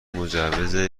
مجوز